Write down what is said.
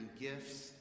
gifts